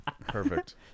Perfect